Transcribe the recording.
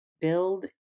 build